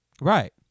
Right